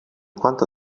quanto